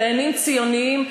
דיינים ציונים,